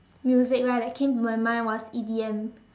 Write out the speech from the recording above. music right that came to my mind was E_D_M